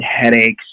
headaches